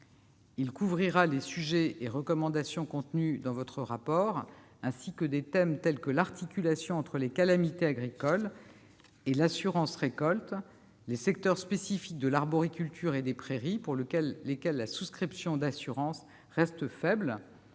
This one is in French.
couvrira les sujets et les recommandations contenus dans votre rapport, ainsi que des thèmes tels que l'articulation entre les calamités agricoles et l'assurance récolte, les secteurs spécifiques de l'arboriculture et des prairies, pour lesquels la souscription d'assurance reste faible,